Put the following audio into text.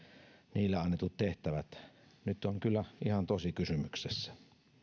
niille annetut tehtävät nyt on kyllä ihan tosi kysymyksessä